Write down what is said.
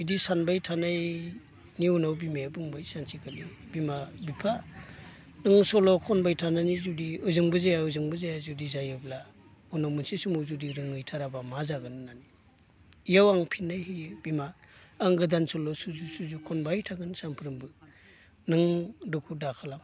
बिदि सानबाय थानायनि उनाव बिमाया बुंबाय उनाव सानसेखालि बिमा बिफा नों सल' खनबाय थानानै जुदि ओजोंबो जाया ओजोंबो जाया जुदि जायोब्ला उनाव मोनसे समाव जुदि रोंहैथाराब्ला मा जागोन होननानै इयाव आं फिननाय होयो बिमा आं गोदान सल' सुजु सुजु खनबाय थागोन सानफ्रामबो नों दुखु दाखालाम